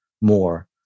more